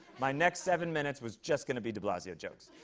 my next seven minutes was just going to be de blasio jokes.